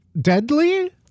deadly